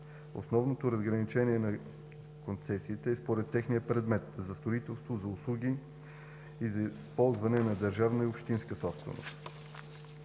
Основното разграничение на концесиите е според техния предмет: за строителство, за услуги и за ползване на държавна и общинска собственост.